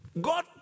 God